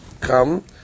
come